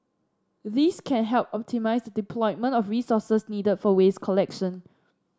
this can help optimise the deployment of resources needed for waste collection